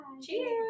Cheers